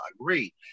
agree